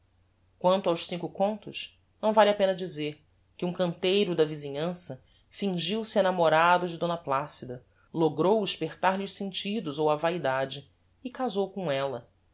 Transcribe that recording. quanto aos cinco contos não vale a pena dizer que um canteiro da visinhança fingiu-se enamorado de d placida logrou espertar lhe os sentidos ou a vaidade e casou com ella